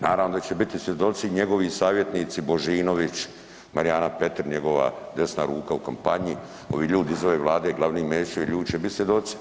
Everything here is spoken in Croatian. Naravno da će biti svjedoci, njegovi savjetnici Božinović, Marijana Petir njegova desna ruka u kampanji, ovi ljudi iz ove Vlade glavni Mesićevi ljudi će biti svjedoci.